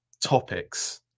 topics